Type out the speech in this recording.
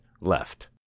left